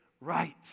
right